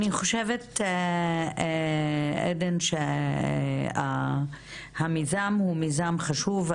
אני חושבת עדן שהמיזם הוא מיזם חשוב,